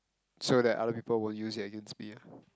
so that other people won't use it against me ah